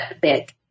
big